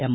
M